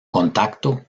contacto